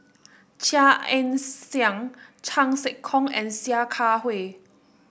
Chia Ann Siang Chan Sek Keong and Sia Kah Hui